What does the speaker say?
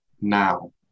now